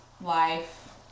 life